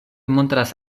montras